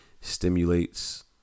stimulates